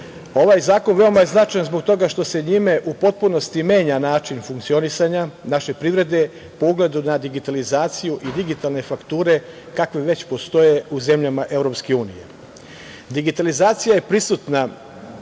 zakon je veoma značajan zbog toga što se njime u potpunosti menja način funkcionisanja naše privrede, po ugledu na digitalizaciju i digitalne fakture kakve već postoje u zemljama Evropske unije. Digitalizacija je prisutna